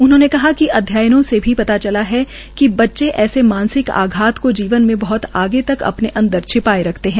उन्होंने कहा कि अध्ययनों से भी यह पता चला है कि बच्चे ऐसे मानसिक आघात को जीवन को जीवन में बहत आगे तह अपने अंदर छिपाए रखते है